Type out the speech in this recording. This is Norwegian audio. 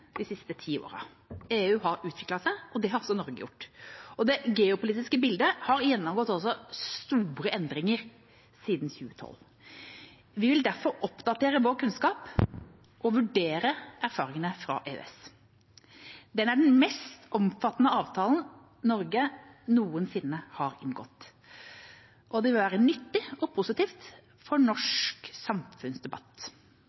de siste ti årene. EU har utviklet seg, og det har også Norge gjort. Det geopolitiske bildet har også gjennomgått store endringer siden 2012. Vi vil derfor oppdatere vår kunnskap og vurdere erfaringene fra EØS. Den er den mest omfattende avtalen Norge noensinne har inngått. Det vil være nyttig og positivt for